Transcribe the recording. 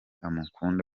amukunda